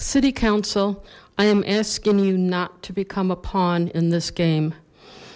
city council i am asking you not to become a pawn in this game